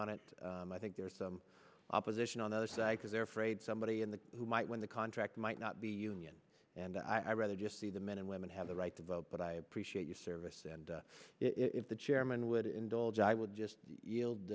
on it and i think there's some opposition on the other side because they're afraid somebody in the who might win the contract might not be union and i rather just see the men and women have the right to vote but i appreciate your service and if the chairman would indulge i would just yield